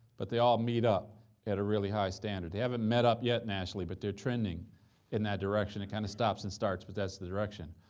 but they all meet up at a really high standard. they haven't met up yet nationally, but they're trending in that direction. it kind of stops and starts, but that's the direction.